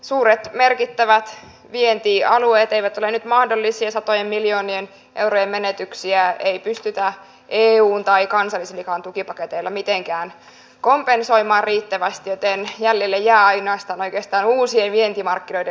suuret merkittävät vientialueet eivät ole nyt mahdollisia satojen miljoonien eurojen menetyksiä ei pystytä eun tai kansallisillakaan tukipaketeilla mitenkään kompensoimaan riittävästi joten jäljelle jää ainoastaan oikeastaan uusien vientimarkkinoiden saaminen